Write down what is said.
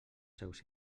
seus